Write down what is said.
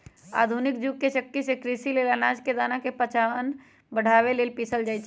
आधुनिक जुग के चक्की में कृषि लेल अनाज के दना के पाचन बढ़ाबे लेल पिसल जाई छै